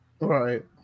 Right